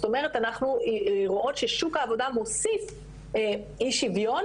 זאת אומרת אנחנו רואות ששוק העבודה מוסיף אי שוויון